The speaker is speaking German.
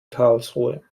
karlsruhe